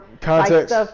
context